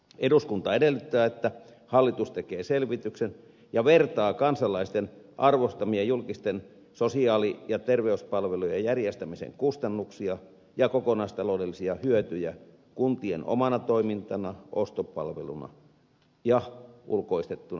eduskunta edellyttää että hallitus tekee selvityksen ja vertaa kansalaisten arvostamia julkisten sosiaali ja terveyspalvelujen järjestämisen kustannuksia ja kokonaistaloudellisia hyötyjä kuntien omana toimintana ostopalveluna tai ulkoistettuna palveluna